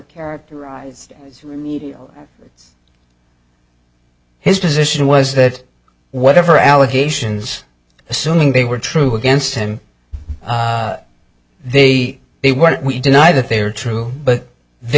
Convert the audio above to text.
characterized his position was that whatever allegations assuming they were true against him they they were we deny that they were true but they